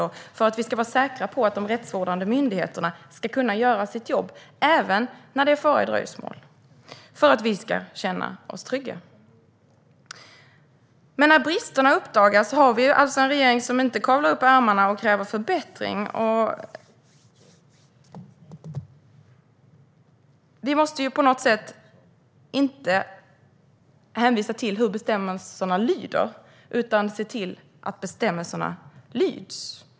Vi ska kunna vara säkra på att de rättsvårdande myndigheterna kan göra sitt jobb även när det är fara i dröjsmål så att vi andra kan känna oss trygga. Vi har en regering som när bristerna uppdagas inte kavlar upp ärmarna och kräver förbättring. Man kan inte hänvisa till hur bestämmelserna lyder; man måste se till att bestämmelserna åtlyds.